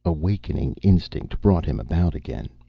awakening instinct brought him about again,